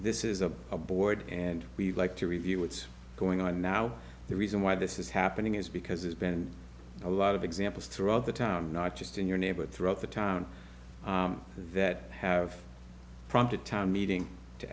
this is a board and we'd like to review what's going on now the reason why this is happening is because there's been a lot of examples throughout the town not just in your neighborhood throughout the town that have prompted town meeting to